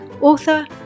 author